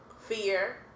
fear